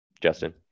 justin